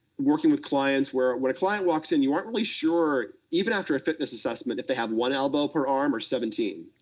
working with clients, where, when a client walks in, you aren't really sure, even after a fitness assessment, if they have one elbow per arm, or seventeen.